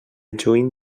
juny